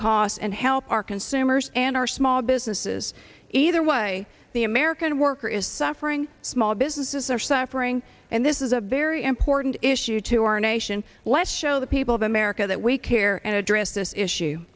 costs and help our consumers and our small businesses either way the american worker is suffering small businesses are suffering and this is a very important issue to our nation let's show the people of america that we care and address this issue